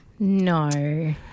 No